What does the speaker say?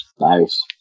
nice